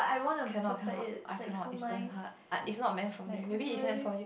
cannot cannot I cannot it's damn hard I it's not meant for me maybe it's meant for you